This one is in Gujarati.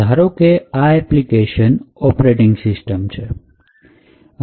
ધારો કે આ એપ્લિકેશન ઓપરેટિંગ સિસ્ટમછે